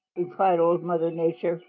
replied old mother nature.